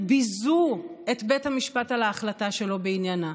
ביזו את בית המשפט על ההחלטה שלו בעניינה.